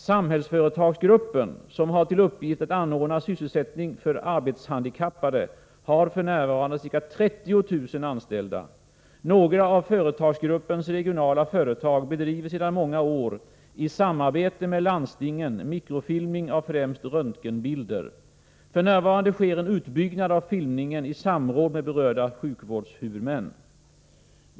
Samhällsföretagsgruppen, som har till uppgift att anordna sysselsättning för arbetshandikappade, har f. n. ca 30 000 anställda. Några av företagsgruppens regionala företag bedriver sedan många år i samarbete med landstingen mikrofilmning av främst röntgenbilder. F. n. sker en utbyggnad av filmningen i samråd med berörda sjukvårdshuvudmän.